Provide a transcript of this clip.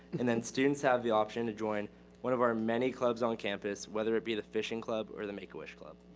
and then students have the option to join one of our many clubs on campus, whether it be the fishing club, or the make a wish club.